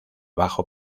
bajo